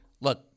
look